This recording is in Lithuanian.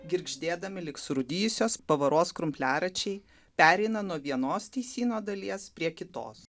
girgždėdami lyg surūdijusios pavaros krumpliaračiai pereina nuo vienos teisyno dalies prie kitos